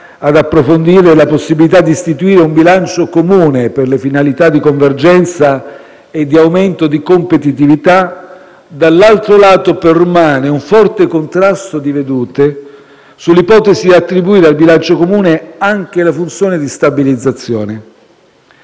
ad approfondire la possibilità di istituire un bilancio comune per le finalità di convergenza e di aumento di competitività, dall'altro lato permane un forte contrasto di vedute sull'ipotesi di attribuire al bilancio comune anche la funzione di stabilizzazione.